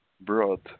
brought